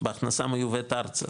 בהכנסה מיובאת ארצה,